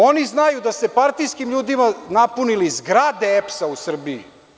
Oni znaju da ste partijskim ljudima napunili zgrade EPS-a u Srbiji.